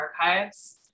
archives